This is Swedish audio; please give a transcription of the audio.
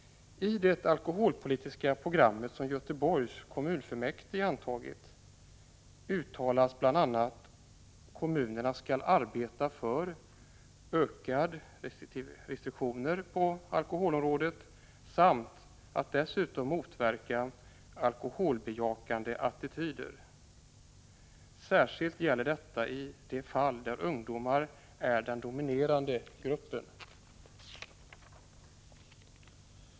I det alkoholpolitiska program som Göteborgs kommunfullmäktige antagit uttalas bl.a. att kommunen skall arbeta för ökade restriktioner på alkoholområdet samt dessutom motverka alkoholbejakande attityder. Särskilt gäller detta i de fall där ungdomar är den dominerande gruppen.